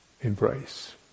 embrace